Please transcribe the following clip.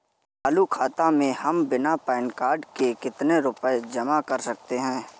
चालू खाता में हम बिना पैन कार्ड के कितनी रूपए जमा कर सकते हैं?